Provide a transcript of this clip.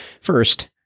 First